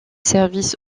services